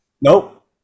Nope